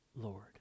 Lord